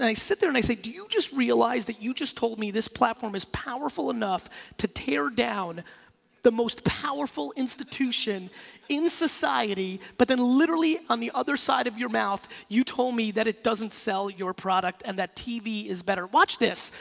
sit there and i say do you just realize that you just told me this platform is powerful enough to tear down the most powerful institution in society but then literally on the other side of you mouth, you told me that it doesn't sell your product and that tv is better, watch this.